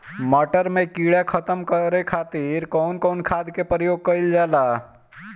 मटर में कीड़ा खत्म करे खातीर कउन कउन खाद के प्रयोग कईल जाला?